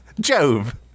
jove